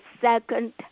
second